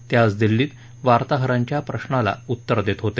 ते आज दिल्लीत वार्ताहरांच्या प्रशाला उत्तर देत होते